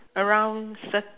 a round circ~